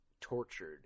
tortured